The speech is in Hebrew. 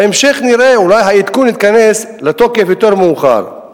בהמשך נראה, אולי העדכון ייכנס לתוקף יותר מאוחר.